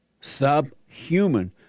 Subhuman